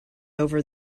over